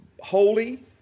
holy